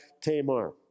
Tamar